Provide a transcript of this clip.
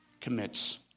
commits